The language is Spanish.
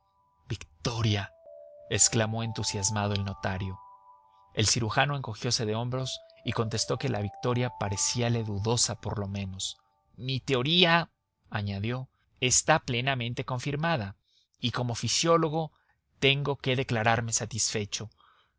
victoria exclamó entusiasmado el notario el cirujano encogiose de hombros y contestó que la victoria parecíale dudosa por lo menos mi teoría añadió está plenamente confirmada y como fisiólogo tengo que declararme satisfecho